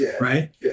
Right